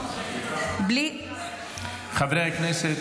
חברי הכנסת.